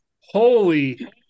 Holy